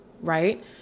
right